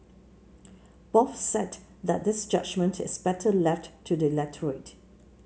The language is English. both said that this judgement is better left to the electorate